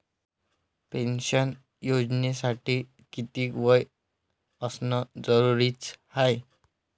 Pension योजनेसाठी कितीक वय असनं जरुरीच हाय?